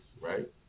right